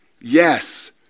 Yes